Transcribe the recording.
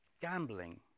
Gambling